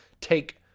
take